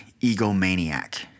egomaniac